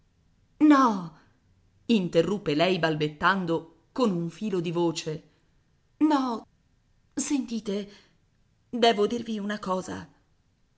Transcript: no interruppe lei balbettando con un filo di voce no sentite devo dirvi una cosa